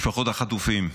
משפחות החטופים,